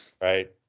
right